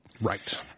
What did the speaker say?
right